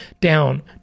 down